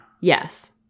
yes